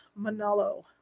Manalo